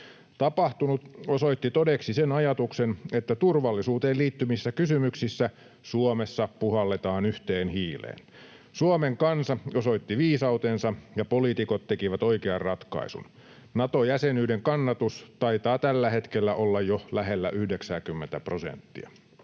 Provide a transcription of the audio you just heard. Tapahtunut osoitti todeksi sen ajatuksen, että turvallisuuteen liittyvissä kysymyksissä Suomessa puhalletaan yhteen hiileen. Suomen kansa osoitti viisautensa, ja poliitikot tekivät oikean ratkaisun. Nato-jäsenyyden kannatus taitaa tällä hetkellä olla jo lähellä 90:tä prosenttia.